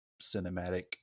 cinematic